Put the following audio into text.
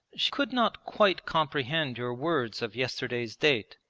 she could not quite comprehend your words of yesterday's date.